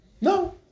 no